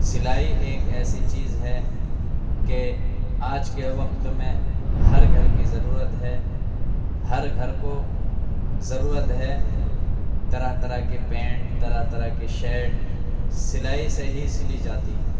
سلائی ایک ایسی چیز ہے کہ آج کے وقت میں ہر گھر کی ضرورت ہے ہر گھر کو ضرورت ہے طرح طرح کے پینٹ طرح طرح کے شرٹ سلائی سے ہی سلی جاتی ہیں